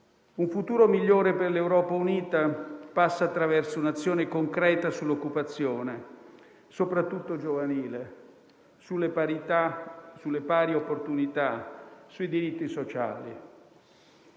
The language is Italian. Un futuro migliore per l'Europa unita passa attraverso un'azione concreta sull'occupazione, soprattutto giovanile, sulle parità, sulle pari opportunità, sui diritti sociali.